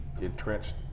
entrenched